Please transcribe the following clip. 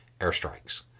airstrikes